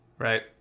Right